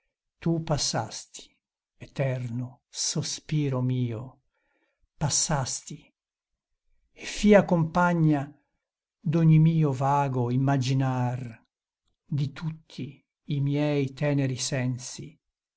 tu passasti eterno sospiro mio passasti e fia compagna d'ogni mio vago immaginar di tutti i miei teneri sensi